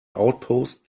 outpost